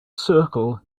circle